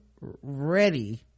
ready